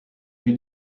più